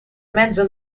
mezzo